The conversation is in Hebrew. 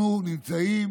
אנחנו נמצאים